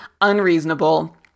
unreasonable